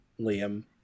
Liam